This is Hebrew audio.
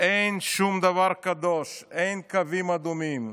אין שום דבר קדוש, אין קווים אדומים,